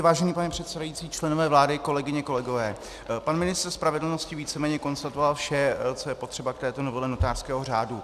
Vážený pane předsedající, členové vlády, kolegyně, kolegové, pan ministr spravedlnosti víceméně konstatoval vše, co je potřeba k této novele notářského řádu.